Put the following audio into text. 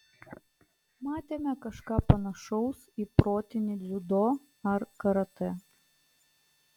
matėme kažką panašaus į protinį dziudo ar karatė